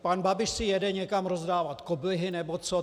Pan Babiš si jede někam rozdávat koblihy nebo co.